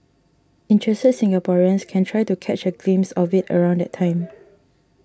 interested Singaporeans can try to catch a glimpse of it around that time